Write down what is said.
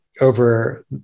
over